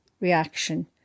reaction